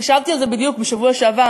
חשבתי על זה בדיוק בשבוע שעבר,